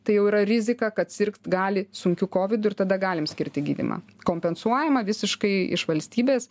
tai jau yra rizika kad sirgt gali sunkiu kovidu ir tada galim skirti gydymą kompensuojamą visiškai iš valstybės